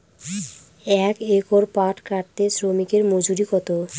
এক একর পাট কাটতে শ্রমিকের মজুরি কত?